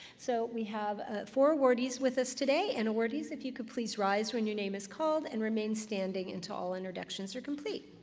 so we have ah four awardees with us today, and awardees, if you could please rise when your name is called, and remain standing until all introductions are complete.